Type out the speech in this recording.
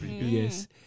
Yes